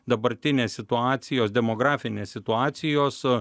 dabartinės situacijos demografinės situacijos